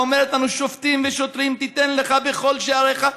ואומרת לנו: "שופטים ושוטרים תתן לך בכל שעריך".